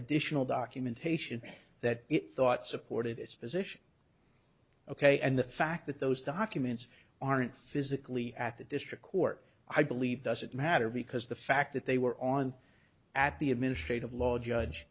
additional documentation that it thought supported its position ok and the fact that those documents aren't physically at the district court i believe doesn't matter because the fact that they were on at the administrative law judge